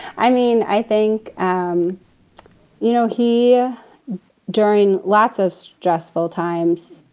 i mean, i think, um you know, he ah during lots of stressful times,